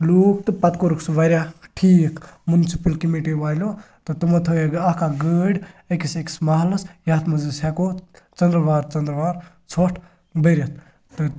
لوٗکھ تہٕ پَتہٕ کوٚرُکھ سُہ واریاہ ٹھیٖک مُنسِپٕل کٔمِٹی والیو تہٕ تٕمو تھٲیِکھ اَکھ اَکھ گٲڑۍ أکِس أکِس محلَس یَتھ منٛز أسۍ ہیٚکو ژَندروار ژَندروار ژھۄٹھ بٔرِتھ تہٕ